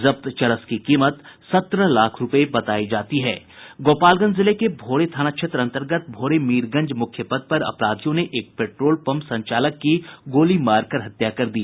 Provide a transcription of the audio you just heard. जब्त चरस की कीमत सत्रह लाख रूपये बतायी जाती है गोपालगंज जिले के भोरे थाना क्षेत्र अंतर्गत भोरे मीरगंज मुख्य पथ पर अपराधियों ने एक पेट्रोल पंप संचालक की गोली मारकर हत्या कर दी